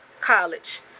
College